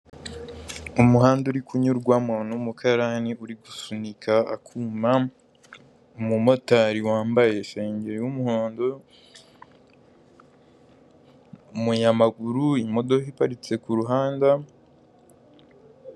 Umuhanda uri kunyurwamo n'umukarani uri gusunika akuma, umumotari wambaye isengeri y'umuhondo, umunyamaguru, imodoka iparitse ku ruhande.